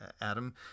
Adam